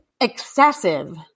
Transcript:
excessive